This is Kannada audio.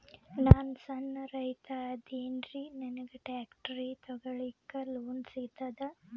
ನಾನ್ ಸಣ್ ರೈತ ಅದೇನೀರಿ ನನಗ ಟ್ಟ್ರ್ಯಾಕ್ಟರಿ ತಗಲಿಕ ಲೋನ್ ಸಿಗತದ?